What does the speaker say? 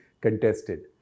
contested